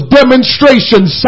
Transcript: demonstrations